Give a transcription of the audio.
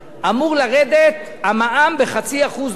ב-1 בינואר 2013, אמור לרדת המע"מ ב-0.5% נוסף.